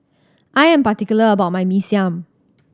I am particular about my Mee Siam